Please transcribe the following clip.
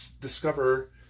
discover